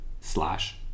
slash